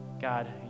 God